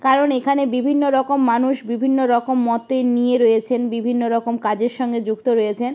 কারণ এখানে বিভিন্ন রকম মানুষ বিভিন্ন রকম মতের নিয়ে রয়েছেন বিভিন্ন রকম কাজের সঙ্গে যুক্ত রয়েছেন